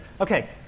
okay